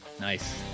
Nice